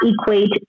equate